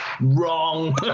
wrong